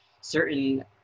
certain